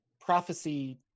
prophecy